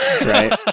right